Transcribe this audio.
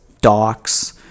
docs